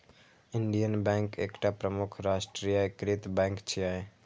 Indian bank एकटा प्रमुख राष्ट्रीयकृत बैंक छियै